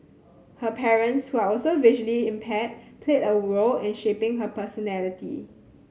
her parents who are also visually impaired played a role in shaping her personality